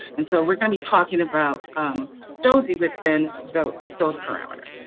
and so we are going to talking about josie within those those parameters?